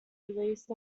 released